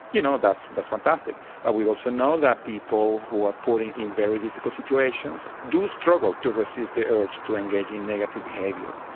you know, that's that's fantastic. but we also know that people who are put in in very difficult situations do struggle to resist the urge to engage in negative behaviour.